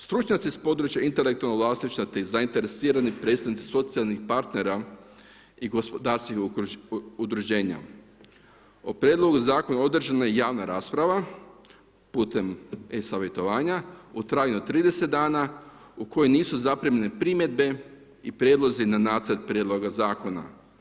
Stručnjaci s područja intelektualnog vlasništva te zainteresirani predstavnici socijalnih partnera i gospodarskih udruženja o Prijedlogu zakona održana je javna rasprava putem e-savjetovanja u trajanju od 30 dana u kojem nisu zaprimljene primjedbe i prijedlozi na Nacrt prijedloga zakona.